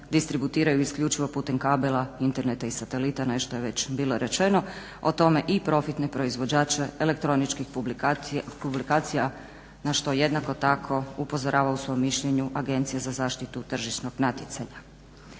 distributiraju isključivo putem kabela, interneta i satelita. Nešto je već bilo rečeno o tome i profitne proizvođače elektroničkih publikacija na što jednako tako upozorava u svom mišljenju Agencija za zaštitu tržišnog natjecanja.